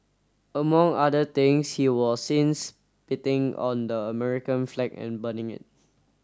among other things he was seen spitting on the American flag and burning it